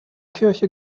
kirche